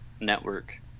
network